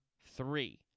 three